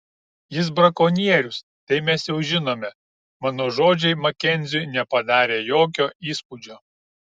jis brakonierius tai mes jau žinome mano žodžiai makenziui nepadarė jokio įspūdžio